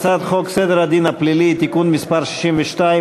הצעת חוק סדר הדין הפלילי (תיקון מס' 62,